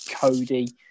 Cody